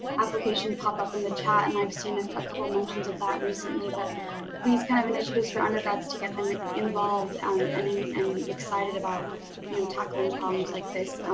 application pop up in the chat and i've seen and a couple mentions of that ah recently but these kind of initiatives for undergrads to get them like involved um i mean and excited about you know tackling problems like this